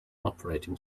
operating